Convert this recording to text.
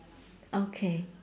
okay